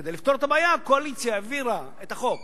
כדי לפתור את הבעיה, הקואליציה העבירה את החוק